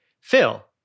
Phil